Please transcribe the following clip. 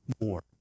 more